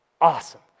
Awesome